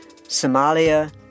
Somalia